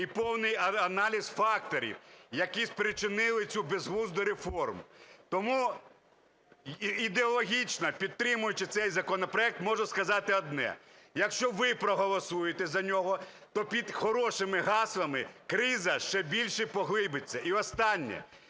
і повний аналіз факторів, які спричинили цю безглузду реформу. Тому, ідеологічно підтримуючи цей законопроект, можу сказати одне, якщо ви проголосуєте за нього, то під хорошими гаслами криза ще більше поглибиться. І останнє.